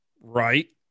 Right